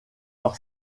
par